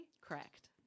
correct